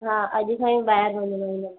हा अॼु ताईं ॿाहिरि वञिणो हुओ